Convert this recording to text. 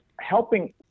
helping